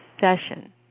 session